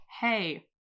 hey